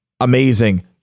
Amazing